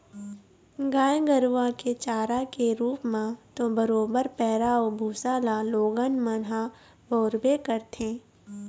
गाय गरुवा के चारा के रुप म तो बरोबर पैरा अउ भुसा ल लोगन मन ह बउरबे करथे